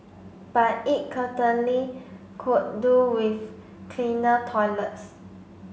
but it could do with cleaner toilets